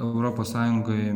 europos sąjungoj